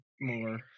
more